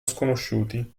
sconosciuti